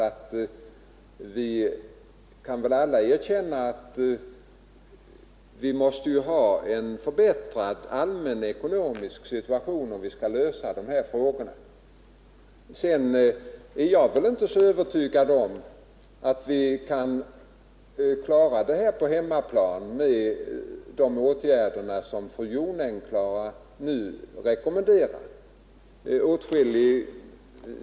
Det är alldeles klart att vi måste få en förbättrad allmän ekonomisk situation, om vi skall lösa de här frågorna. Emellertid är jag inte övertygad om att vi kan klara det mesta på hemmaplan och med de åtgärder som fru Jonäng rekommenderar.